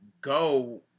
go